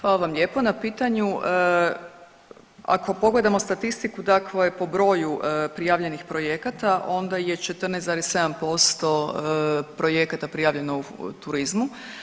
Hvala vam lijepo na pitanju, ako pogledamo statistiku dakle po broju prijavljenih projekata onda je 14,6% projekata prijavljeno u turizmu.